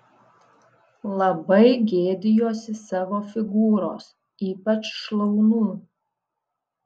labai gėdijuosi savo figūros ypač šlaunų